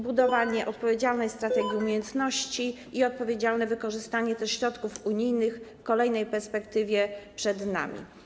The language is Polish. Budowanie odpowiedzialnej strategii umiejętności i odpowiedzialne wykorzystanie tych środków unijnych w kolejnej perspektywie - przed nami.